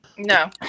No